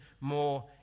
more